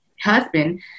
husband